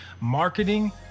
Marketing